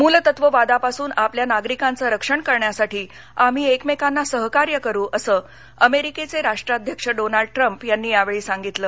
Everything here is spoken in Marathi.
मूलतत्ववादापासून आपल्या नागरिकांचं रक्षण करण्यासाठी आम्ही एकमेकांनासहकार्य करू असं अमेरिकेचे राष्ट्राध्यक्ष डोनाल्ड ट्रम्प यांनी यावेळीसांगितलं